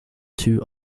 two